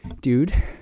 dude